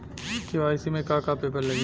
KYC में का का पेपर लगी?